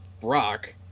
brock